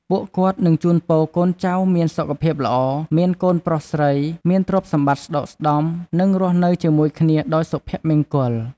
ពួកគាត់នឹងជូនពរឲ្យកូនចៅមានសុខភាពល្អ មានកូនប្រុសស្រី មានទ្រព្យសម្បត្តិស្តុកស្តម្ភ និងរស់នៅជាមួយគ្នាដោយសុភមង្គល។